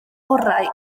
orau